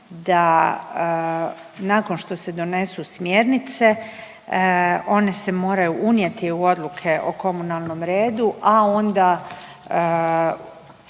da nakon što se donesu smjernice one se moraju unijeti u odluke o komunalnom redu, a onda